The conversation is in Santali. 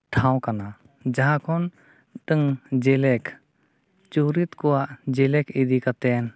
ᱴᱷᱟᱶ ᱠᱟᱱᱟ ᱡᱟᱦᱟᱸ ᱠᱷᱚᱱ ᱢᱤᱫᱴᱟᱝ ᱡᱮᱞᱮᱠ ᱪᱳᱣᱨᱤᱛ ᱠᱚᱣᱟᱜ ᱡᱮᱞᱮᱠ ᱤᱫᱤ ᱠᱟᱛᱮᱫ